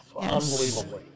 Unbelievably